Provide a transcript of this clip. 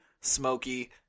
smoky